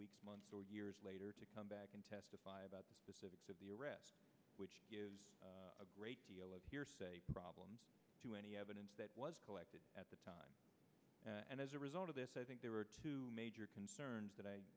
weeks months or years later to come back and testify about specifics of the arrest which is a great deal of hearsay problems to any evidence that was collected at the time and as a result of this i think there are two major concerns that i